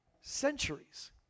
centuries